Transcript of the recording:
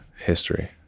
history